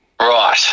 Right